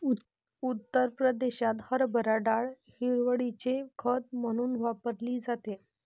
उत्तर प्रदेशात हरभरा डाळ हिरवळीचे खत म्हणून वापरली जाते